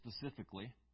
specifically